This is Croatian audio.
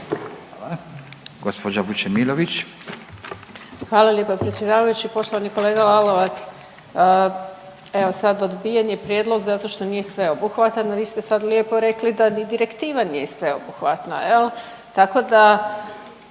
(Hrvatski suverenisti)** Hvala lijepa predsjedavajući. Poštovani kolega Lalovac, evo sad odbijen je prijedlog zato što nije sveobuhvatan, a vi ste sad lijepo rekli da ni direktiva nije sveobuhvatna. Jel'? Tako